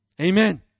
Amen